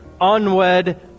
unwed